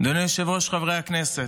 אדוני היושב-ראש, חברי הכנסת,